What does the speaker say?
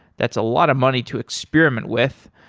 that's a lot of money to experiment with.